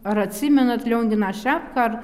ar atsimenat lionginą šepką ar